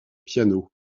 piano